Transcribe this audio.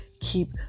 keep